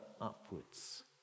upwards